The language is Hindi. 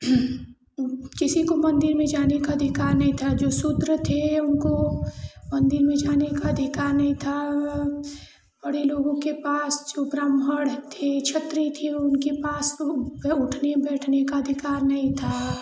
हूँ किसी को मन्दिर में जाने का अधिकार नहीं था जो शूद्र थे उनको मन्दिर में जाने का अधिकार नहीं था और बड़े लोगों के पास जो ब्राह्मण थे क्षत्रीय थे उनके पास तो उठने बैठने का अधिकार नहीं था